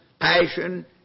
passion